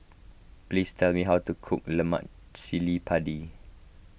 please tell me how to cook Lemak Cili Padi